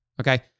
Okay